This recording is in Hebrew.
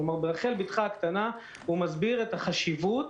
ברחל בתך הקטנה הוא מסביר את החשיבות